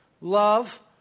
love